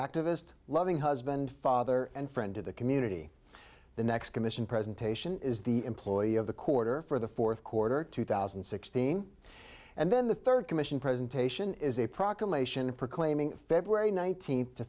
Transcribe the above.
activist loving husband father and friend to the community the next commission presentation is the employee of the quarter for the fourth quarter two thousand and sixteen and then the third commission presentation is a proclamation proclaiming february nineteenth to